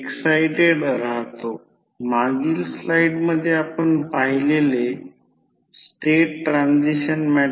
त्याचप्रमाणे सेकंडरी साईडसाठी दुसरी साईड पाहिल्यास सेकंडरी साईड देखील 720 असणे आवश्यक आहे